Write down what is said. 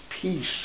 peace